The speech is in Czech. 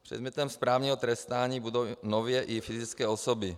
Předmětem správního trestání budou nově i fyzické osoby.